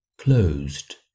closed